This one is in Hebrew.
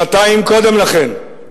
שנתיים קודם לכן,